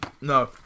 No